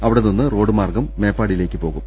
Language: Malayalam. അവിടെ നിന്ന് റോഡ് മാർഗ്ഗം മേപ്പാടിയിലേക്ക് പോകും